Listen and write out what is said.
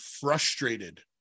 frustrated